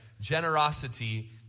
Generosity